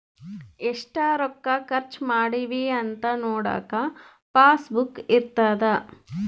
ಎಷ್ಟ ರೊಕ್ಕ ಖರ್ಚ ಮಾಡಿವಿ ಅಂತ ನೋಡಕ ಪಾಸ್ ಬುಕ್ ಇರ್ತದ